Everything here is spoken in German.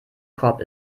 korb